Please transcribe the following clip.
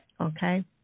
okay